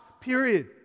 period